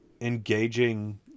engaging